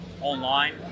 online